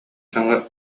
саҥа